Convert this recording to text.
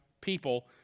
people